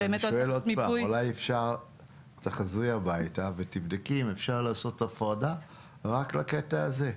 אז תחזרי הביתה ותבדקי האם אפשר לעשות הפרדה רק לקטע הזה.